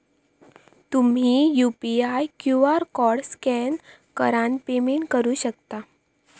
तुम्ही UPI QR code scan करान payment करू शकता